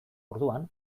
orduan